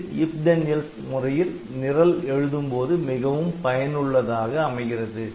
இது IF THEN ELSE முறையில் நிரல் எழுதும்போது மிகவும் பயனுள்ளதாக அமைகிறது